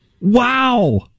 Wow